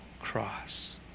cross